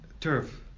turf